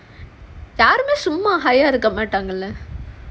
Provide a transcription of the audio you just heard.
யாருமே சும்மா இருக்கமாட்டாங்கல:yarumae summa irukamaataangala